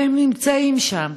והם נמצאים שם,